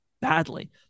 badly